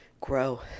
grow